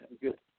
good